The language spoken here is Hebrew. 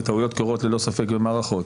וטעויות קורות ללא ספק במערכות,